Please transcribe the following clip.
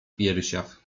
piersiach